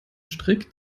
strikt